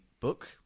book